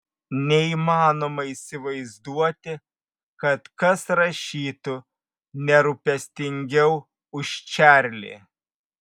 neįmanoma įsivaizduoti kad kas rašytų nerūpestingiau už čarlį